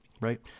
Right